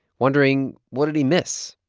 wondering, what did he miss?